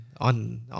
on